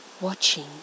watching